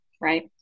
right